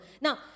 Now